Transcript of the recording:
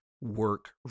work